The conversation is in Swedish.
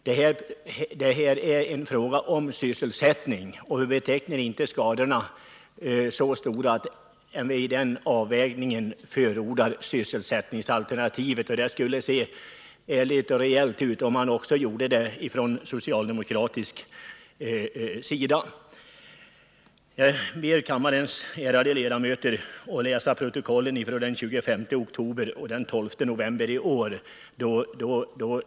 Det är här fråga om sysselsättningstillfällen, och vi betecknar inte skadorna som så stora, utan vid den avvägningen förordar vi sysselsättningsalternativet. Det skulle se ärligt och rejält ut, om man också gjorde det från socialdemokratisk sida. Jag ber kammarens ärade ledamöter att läsa protokollen från den 25 oktober och den 12 november i år.